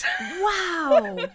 wow